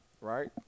Right